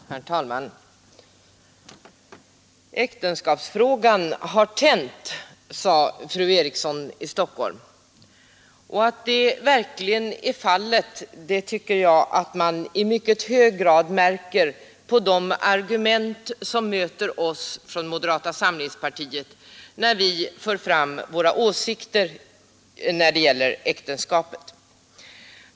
Herr talman! ”Äktenskapsfrågan har tänt”, sade fru Eriksson i Stockholm. Att det verkligen är fallet tycker jag att vi i hög grad märker på de argument som möter oss, när vi från moderata samlingspartiet för fram våra åsikter om äktenskapet.